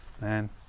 man